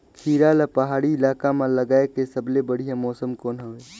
खीरा ला पहाड़ी इलाका मां लगाय के सबले बढ़िया मौसम कोन हवे?